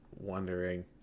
wondering